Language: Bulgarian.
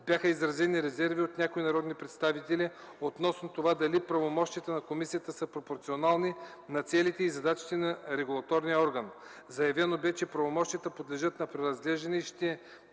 бяха изразени резерви от някои народни представители относно това дали правомощията на комисията са пропорционални на целите и задачите на регулаторния орган. Заявено бе, че правомощията подлежат на преразглеждане и